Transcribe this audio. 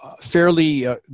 fairly